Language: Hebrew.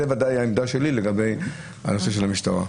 זה ודאי העמדה שלי לגבי הנושא של המשטרה.